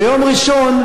ביום ראשון,